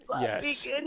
yes